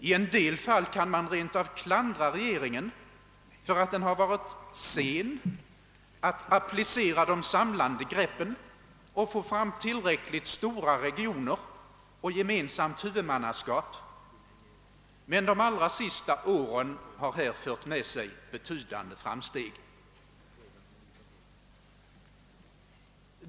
I en del fall kan man rent av klandra regeringen för att den har varit sen att applicera de samlande greppen och få fram tillräckligt stora regioner och gemensamt huvudmannaskap, men de allra senaste åren har här fört med sig betydande framsteg.